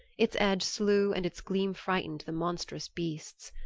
its edge slew and its gleam frighted the monstrous beasts.